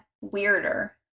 weirder